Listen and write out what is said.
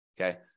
okay